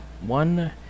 one